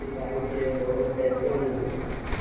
किसान के लोन कैसे मिली?